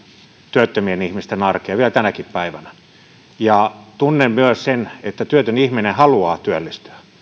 työttömien ihmisten arkea vielä tänäkin päivänä tunnen myös sen että työtön ihminen haluaa työllistyä